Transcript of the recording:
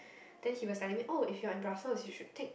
then he was telling me oh if you are in Brussels you should take